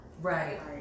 Right